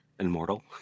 Immortal